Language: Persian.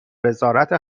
وزارت